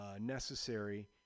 necessary